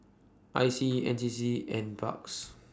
I C N C C N Parks